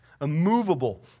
immovable